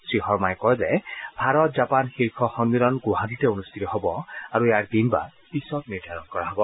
শ্ৰীশৰ্মাই কয় যে ভাৰত জাপান শীৰ্ষ সম্মিলন গুৱাহাটীতে অনষ্ঠিত হ'ব আৰু ইয়াৰ দিনবাৰ পিছত নিৰ্ধাৰণ কৰা হ'ব